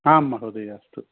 आं महोदय अस्तु